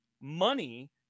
money